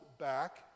back